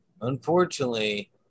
unfortunately